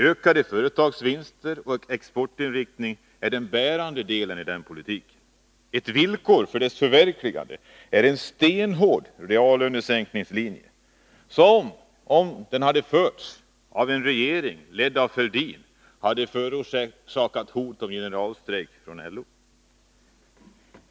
Ökade företagsvinster och exportinriktning är bärande delar i den politiken. Ett villkor för dess förverkligande är en stenhård reallönesänkningslinje som, om den hade förts av en regering ledd av Thorbjörn Fälldin, hade förorsakat hot om generalstrejk från LO.